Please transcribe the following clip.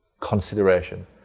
consideration